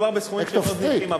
מדובר בסכומים מאוד זניחים,